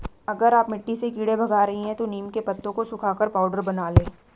अगर आप मिट्टी से कीड़े भगा रही हैं तो नीम के पत्तों को सुखाकर पाउडर बना लें